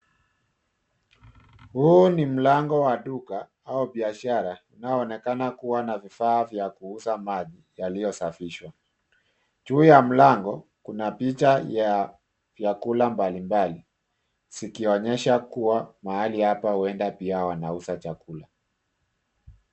Huu ni mlango wa duka au biashara unaonekana kuwa na vifaa vya kuuza maji yaliyosafishwa. Juu ya mlango, kuna picha ya vyakula mbalimbali zikionyesha kuwa mahali hapa huenda pia wanauza chakula.